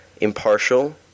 impartial